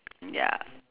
ya